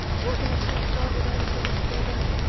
working at head start with underprivileged children,